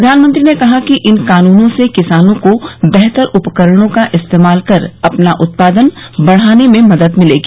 प्रधानमंत्री ने कहा कि इन कानूनों से किसानों को बेहतर उपकरणों का इस्तेमाल कर अपना उत्पादन बढ़ाने में मदद मिलेगी